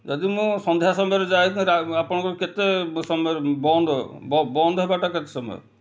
ଯଦି ମୁଁ ସନ୍ଧ୍ୟା ସମୟରେ ଯାଏ ଆପଣଙ୍କ କେତେ ସମୟରେ ବନ୍ଦ ବନ୍ଦ ହେବାଟା କେତେ ସମୟ